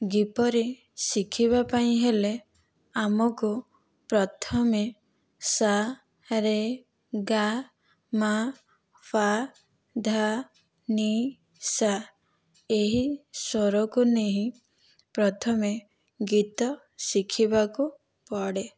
ଗୀତରେ ଶିଖିବା ପାଇଁ ହେଲେ ଆମକୁ ପ୍ରଥମେ ସା ରେ ଗା ମା ପା ଧା ନି ସା ଏହି ସ୍ୱରକୁ ନେଇ ପ୍ରଥମେ ଗୀତ ଶିଖିବାକୁ ପଡ଼େ